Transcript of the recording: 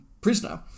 prisoner